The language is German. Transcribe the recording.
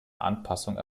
anpassung